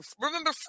remember